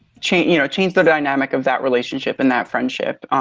change you know, change the dynamic of that relationship and that friendship.